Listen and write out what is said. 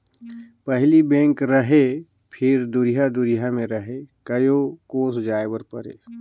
पहिली बेंक रहें फिर दुरिहा दुरिहा मे रहे कयो कोस जाय बर परे